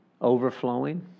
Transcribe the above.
Overflowing